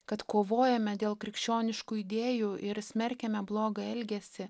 kad kovojame dėl krikščioniškų idėjų ir smerkiame blogą elgesį